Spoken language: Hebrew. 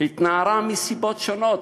התנערה מסיבות שונות,